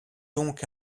donc